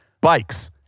bikes